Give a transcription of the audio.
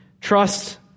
Trust